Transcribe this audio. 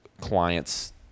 clients